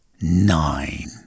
Nine